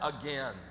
again